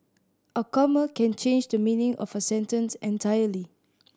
a comma can change the meaning of a sentence entirely